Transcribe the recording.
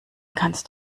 kannst